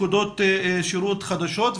נקודות שירות חדשות,